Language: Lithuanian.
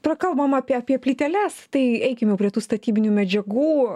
prakalbom apie apie plyteles tai eikime prie tų statybinių medžiagų